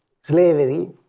slavery